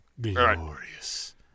Glorious